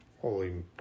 Holy